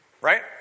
right